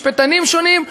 משפטנים שונים,